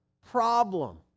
problem